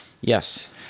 Yes